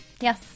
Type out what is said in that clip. Yes